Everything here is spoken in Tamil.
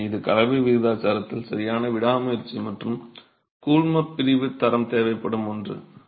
எனவே இது கலவை விகிதாச்சாரத்தில் சரியான விடாமுயற்சி மற்றும் கூழ்மப்பிரிப்பு தரம் தேவைப்படும் ஒன்று